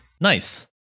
Nice